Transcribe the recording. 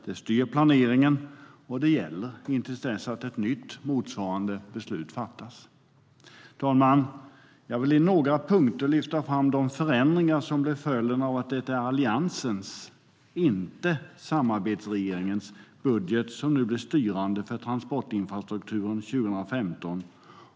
Det styr planeringen, och det gäller till dess att ett nytt motsvarande beslut fattas. Herr talman! Jag vill i några punkter lyfta fram de förändringar som blev följden av att det är Alliansens och inte samarbetsregeringens budget som nu blir styrande för transportinfrastrukturen 2015.